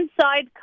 inside